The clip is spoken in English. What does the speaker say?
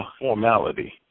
formality